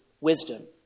wisdom